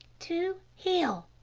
to heel.